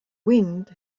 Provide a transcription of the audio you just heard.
wind